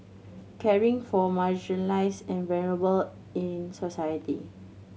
caring for marginalised and vulnerable in society